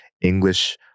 English